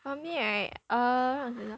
err me for me right err